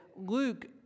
Luke